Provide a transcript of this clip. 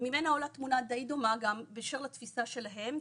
וממנה עולה תמונה די דומה גם באשר לתפיסה שלהם.